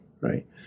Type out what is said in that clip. right